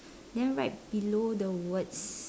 then right below the words